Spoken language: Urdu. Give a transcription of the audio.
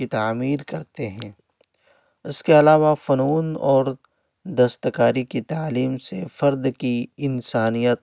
کی تعمیر کرتے ہیں اس کے علاوہ فنون اور دستکاری کی تعلیم سے فرد کی انسانیت